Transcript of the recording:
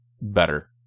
better